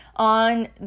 on